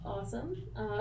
Awesome